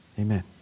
amen